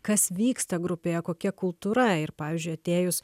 kas vyksta grupėje kokia kultūra ir pavyzdžiui atėjus